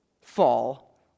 fall